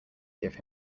give